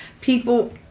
people